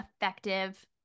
effective